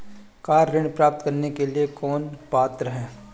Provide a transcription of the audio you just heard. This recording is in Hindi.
कार ऋण प्राप्त करने के लिए कौन पात्र है?